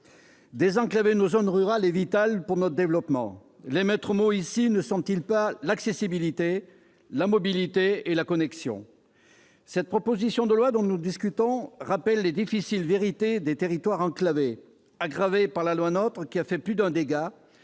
Désenclaver nos zones rurales est vital pour notre développement. Les maîtres mots ici ne sont-ils pas l'accessibilité, la mobilité et la connexion ? La proposition de loi dont nous discutons rappelle les difficiles vérités des territoires enclavés, aggravées par la loi portant nouvelle